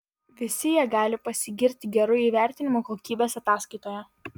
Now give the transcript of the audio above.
visi jie gali pasigirti geru įvertinimu kokybės ataskaitoje